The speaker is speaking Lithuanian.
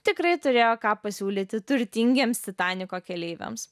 tikrai turėjo ką pasiūlyti turtingiems titaniko keleiviams